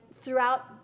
throughout